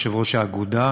יושב-ראש האגודה.